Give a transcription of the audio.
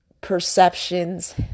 perceptions